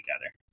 together